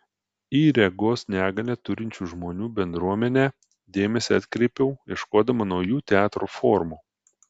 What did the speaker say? į regos negalią turinčių žmonių bendruomenę dėmesį atkreipiau ieškodama naujų teatro formų